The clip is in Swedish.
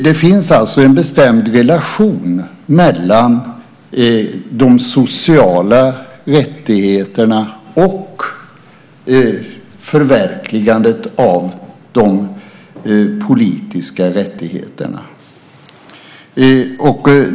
Det finns alltså en bestämd relation mellan de sociala rättigheterna och förverkligandet av de politiska rättigheterna.